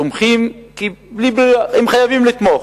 תומכים, בלי ברירה, כי הם חייבים לתמוך.